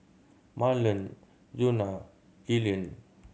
Mahlon Djuna Jillian